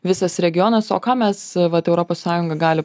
visas regionas o ką mes vat europos sąjunga gali